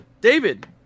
David